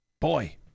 Boy